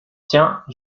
tiens